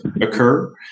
occur